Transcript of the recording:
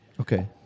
Okay